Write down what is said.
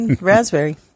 Raspberry